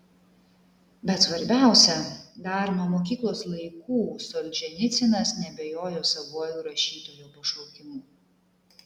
bet svarbiausia dar nuo mokyklos laikų solženicynas neabejojo savuoju rašytojo pašaukimu